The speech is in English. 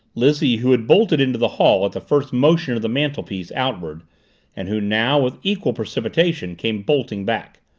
lizzie who had bolted into the hall at the first motion of the mantelpiece outward and who now, with equal precipitation, came bolting back.